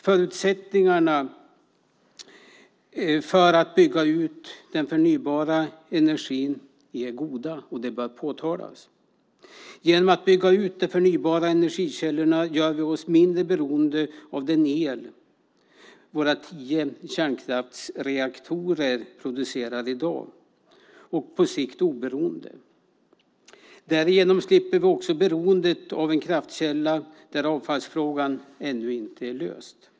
Förutsättningarna för att bygga ut den förnybara energin är goda, och det bör påtalas. Genom att bygga ut de förnybara energikällorna gör vi oss mindre beroende av den el våra tio kärnkraftsreaktorer producerar i dag och på sikt oberoende. Därigenom slipper vi beroendet av en kraftkälla där avfallsfrågan ännu inte är löst.